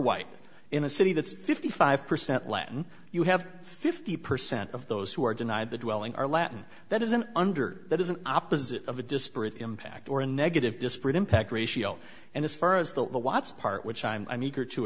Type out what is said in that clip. white in a city that's fifty five percent latin you have fifty percent of those who are denied the dwelling are latin that is an under that is an opposite of a disparate impact or a negative disparate impact ratio and as far as the watts part which i'm i'm eager to